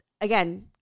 again